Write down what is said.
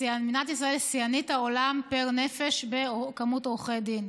מדינת ישראל היא שיאנית העולם פר נפש במספר עורכי הדין.